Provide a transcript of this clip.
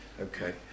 Okay